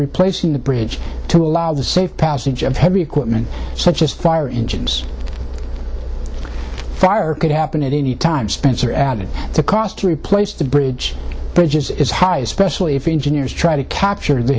replacing the bridge to allow the safe passage of heavy equipment such as fire engines fire could happen at any time spencer added the cost to replace the bridge bridges is high especially if you engineers try to capture the